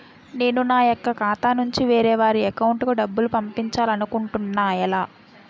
నేను నా యెక్క ఖాతా నుంచి వేరే వారి అకౌంట్ కు డబ్బులు పంపించాలనుకుంటున్నా ఎలా?